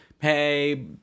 hey